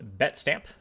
Betstamp